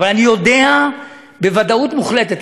אבל אני יודע בוודאות מוחלטת,